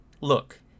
look